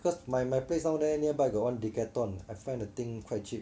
cause my my place down there nearby got one Decathlon I find the thing quite cheap